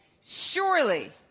Surely